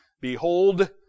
Behold